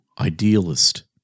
idealist